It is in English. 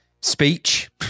Speech